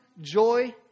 joy